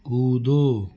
कूदो